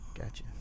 Gotcha